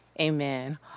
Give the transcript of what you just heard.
Amen